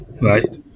Right